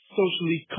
socially